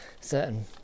certain